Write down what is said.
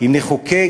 אם נחוקק,